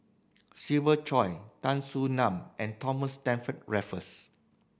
Siva Choy Tan Soo Nan and Thomas Stamford Raffles